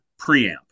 preamp